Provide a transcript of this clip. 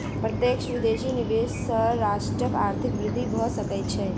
प्रत्यक्ष विदेशी निवेश सॅ राष्ट्रक आर्थिक वृद्धि भ सकै छै